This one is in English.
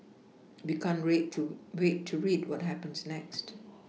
we can't wait to red to read what happens next